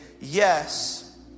yes